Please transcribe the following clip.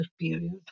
period